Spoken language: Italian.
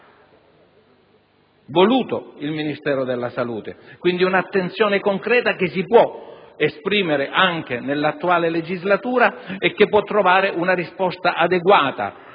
voluto il Ministero della salute. Quindi, è un'attenzione concreta che si può esprimere anche nell'attuale legislatura e che può trovare una risposta adeguata